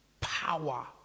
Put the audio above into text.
power